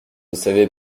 savais